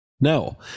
No